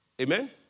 Amen